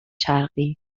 شرقی